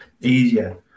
easier